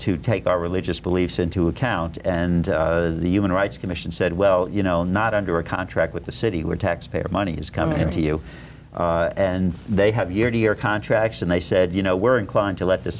to take our religious beliefs into account and the human rights commission said well you know not under a contract with the city we're taxpayer money is coming to you and they have year to year contracts and they said you know we're inclined to let th